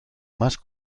más